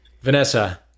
Vanessa